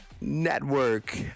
network